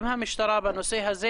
עם המשטרה בנושא הזה?